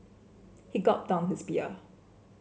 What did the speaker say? he gulped down his beer